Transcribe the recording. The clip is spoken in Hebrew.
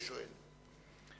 הוא שואל בנושא הביוב.